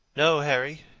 no, harry,